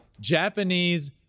Japanese